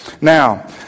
Now